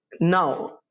now